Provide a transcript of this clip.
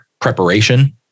preparation